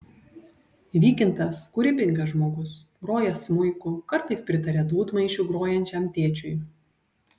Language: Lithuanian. vykintas kūrybingas žmogus groja smuiku kartais pritaria dūdmaišiu grojančiam tėčiui